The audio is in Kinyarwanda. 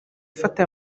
ifata